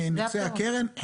מנכסי הקרן,